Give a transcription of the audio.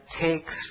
takes